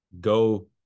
go